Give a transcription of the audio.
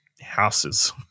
houses